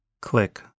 click